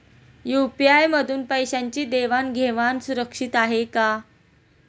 UPI मधून पैशांची देवाण घेवाण सुरक्षित आहे का?